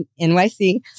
NYC